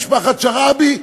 ומשפחת שרעבי,